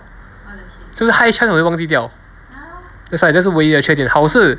就是 high chance 我会忘记掉 that's why 那是唯一的缺点好是